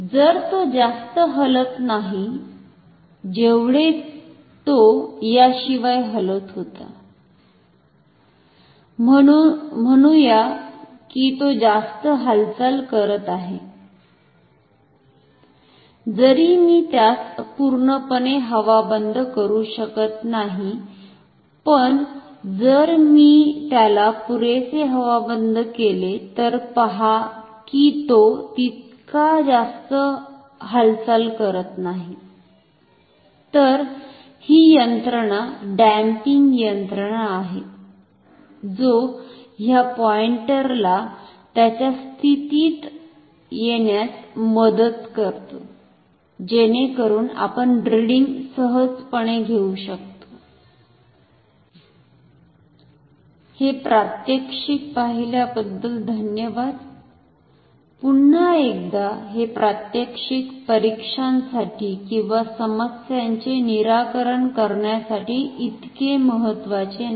तर तो जास्त हलत नाही जेवढे तो याशिवाय हलत होता म्हणूया की तो जास्त हालचाल करत आहे जरी मी त्यास पुर्णपणे हवाबंद करू शकत नाही पण जर मी त्याला पुरेसे हवाबंद केले तर पहा की तो तितका जास्त हालचाल करत नाही तर ही यंत्रणा डम्पिंग यंत्रणा आहे जो ह्या पॉइंटर ला त्याच्या स्थितीत येण्यास मदत करते जेणेकरून आपण रिडींग सहजपणे घेऊ शकतो हे प्रात्यक्षिक पाहिल्याबद्दल धन्यवाद पुन्हा एकदा हे प्रात्यक्षिक परीक्षांसाठी किंवा समस्यांचे निराकरण करण्यासाठी इतके महत्वाचे नाही